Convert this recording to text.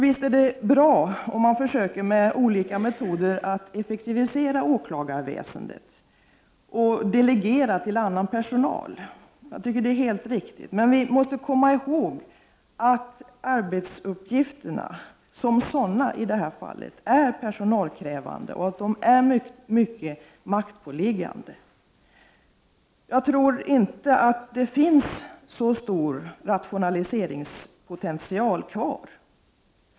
Visst är det bra om man med olika metoder försöker effektivisera åklagarväsendet och delegera arbete till annan personal. Detta är enligt min mening helt riktigt. Men vi måste komma ihåg att arbetsuppgifterna som sådana i det här fallet är personalkrävande och mycket maktpåliggande. Jag tror inte att det finns så stor rationaliseringspotential kvar.